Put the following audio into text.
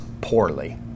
poorly